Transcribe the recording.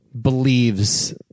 believes